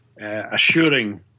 assuring